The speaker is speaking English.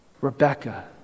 Rebecca